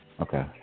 Okay